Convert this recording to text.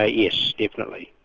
ah yes, definitely.